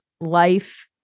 life